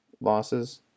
losses